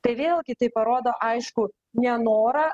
tai vėlgi tai parodo aiškų nenorą